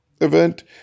event